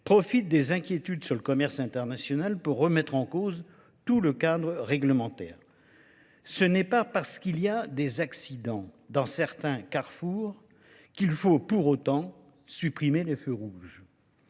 profitent des inquiétudes sur le commerce international pour remettre en cause tout le cadre réglementaire. Ce n'est pas parce qu'il y a des accidents dans certains carrefours qu'il faut pour autant supprimer les feux rouges.